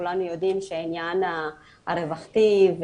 כולנו יודעים שהעניין הרווחתי,